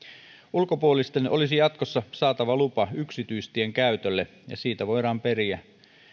ulkopuolisten olisi jatkossa saatava lupa yksityistien käytölle ja siitä voidaan periä